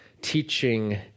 teaching